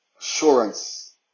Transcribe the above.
Assurance